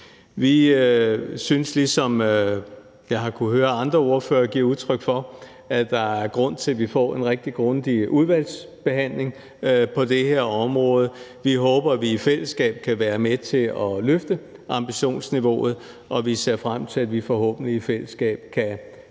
Vi synes, ligesom jeg har kunnet høre andre ordførere give udtryk for, at der er grund til, at vi får en rigtig grundig udvalgsbehandling på det her område. Vi håber, at vi i fællesskab kan være med til at løfte ambitionsniveauet. Vi ser frem til, at vi forhåbentlig i fællesskab kan